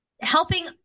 helping